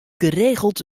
geregeld